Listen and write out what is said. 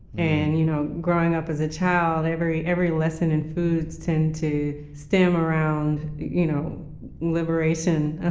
and you know growing up as a child, every every lesson in food tends to stem around you know liberation ah